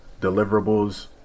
deliverables